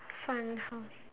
fun house